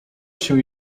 się